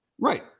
Right